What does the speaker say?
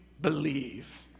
believe